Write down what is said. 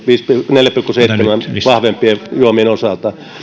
neljä pilkku seitsemän prosenttia vahvempien juomien osalta